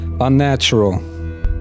Unnatural